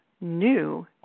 new